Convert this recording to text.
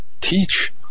teach